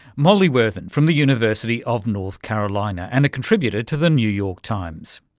molly worthen from the university of north carolina and a contributor to the new york times.